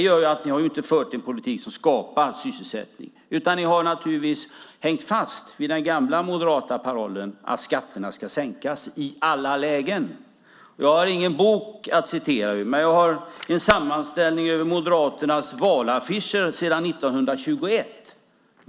Ni har inte fört en politik som skapar sysselsättning, utan ni har naturligtvis hängt fast vid den gamla moderata parollen att skatterna ska sänkas i alla lägen. Jag har ingen bok att citera, men jag har här en sammanställning över Moderaternas valaffischer sedan 1921.